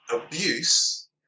abuse